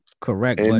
Correct